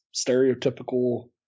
stereotypical